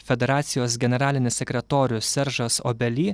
federacijos generalinis sekretorius seržas obely